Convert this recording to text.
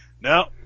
No